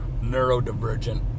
neurodivergent